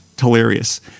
hilarious